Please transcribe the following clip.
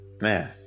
Man